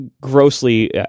grossly